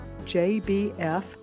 jbf